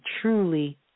truly